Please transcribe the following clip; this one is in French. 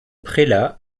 prélat